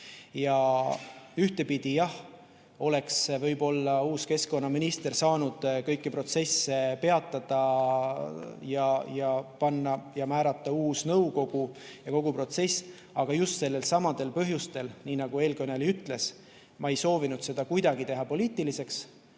Ühtepidi, jah, oleks võib-olla uus keskkonnaminister saanud kõiki protsesse peatada ja määrata uue nõukogu ja kogu protsessi, aga just nendel põhjustel, nii nagu eelkõneleja ütles, ma ei soovinud seda kuidagi teha poliitiliseks.